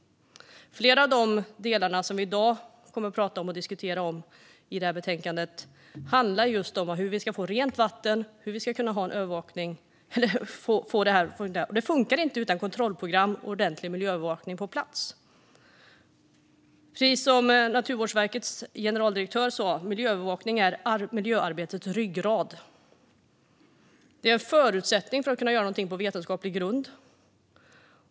Flera av de delar i detta betänkande som vi i dag kommer att diskutera handlar just om hur vi ska få rent vatten och hur vi ska kunna ha en övervakning. Det funkar inte utan kontrollprogram och ordentlig miljöövervakning på plats. Naturvårdsverkets generaldirektör sa att miljöövervakning är miljöarbetets ryggrad. Det är en förutsättning för att kunna göra någonting på vetenskaplig grund.